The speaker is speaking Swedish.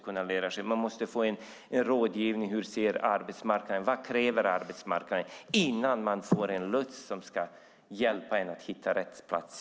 Man måste få rådgivning om hur arbetsmarknaden ser ut och vad den kräver innan man får en lots som ska hjälpa en att hitta rätt plats.